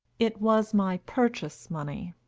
it was my purchase-money.